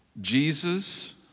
Jesus